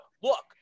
look